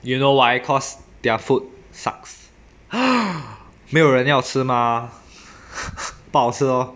you know why cause their food sucks 没有人要吃 mah 不好吃 lor